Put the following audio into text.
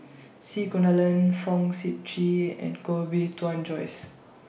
C Kunalan Fong Sip Chee and Koh Bee Tuan Joyce